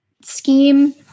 scheme –